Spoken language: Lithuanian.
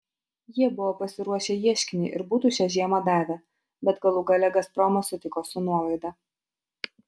jie buvo pasiruošę ieškinį ir būtų šią žiemą davę bet galų gale gazpromas sutiko su nuolaida